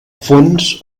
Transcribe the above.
fons